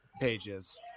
pages